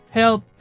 help